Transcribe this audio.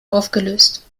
aufgelöst